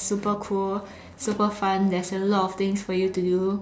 super cool super fun there's a lot of things for you to do